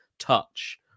Touch